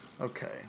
Okay